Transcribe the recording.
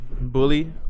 bully